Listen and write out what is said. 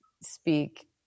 speak